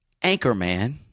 Anchorman